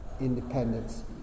independence